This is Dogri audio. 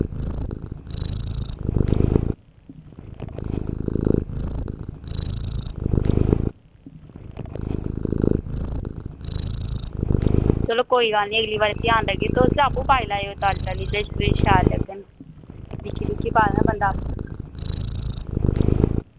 चलो कोई गल्ल निं अगले बारी ध्यान रक्खगी ब तुस ते आपूं पाई लैएओ ताली तालियै बिच बिच शैल होङन दिक्खी दिक्खियै पा ना बंदा